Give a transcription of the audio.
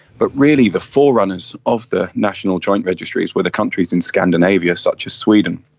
but really the forerunners of the national joint registries were the countries in scandinavia such as sweden,